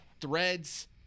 Threads